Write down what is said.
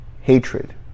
hatred